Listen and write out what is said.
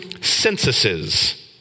censuses